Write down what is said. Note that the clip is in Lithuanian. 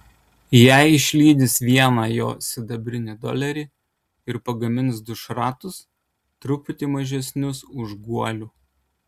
jie išlydys vieną jo sidabrinį dolerį ir pagamins du šratus truputį mažesnius už guolių